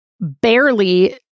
barely